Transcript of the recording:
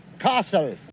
castle